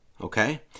okay